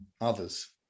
others